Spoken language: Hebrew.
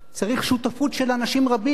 צריך שותפות של אנשים רבים,